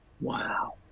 Wow